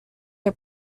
are